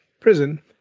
prison